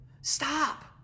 stop